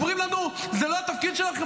אומרים לנו: זה לא התפקיד שלכם,